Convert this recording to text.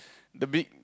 the big